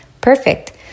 Perfect